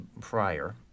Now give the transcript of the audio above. prior